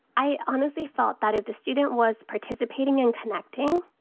i honestly thought that if the student was participating and connecting,